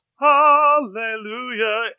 Hallelujah